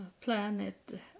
planet